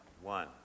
One